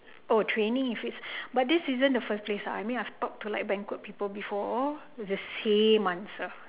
oh training if is but this isn't the first place lah I mean I have talked to like banquet people before the same answer